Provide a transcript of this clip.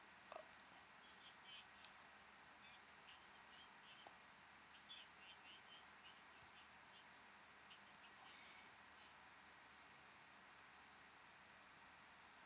uh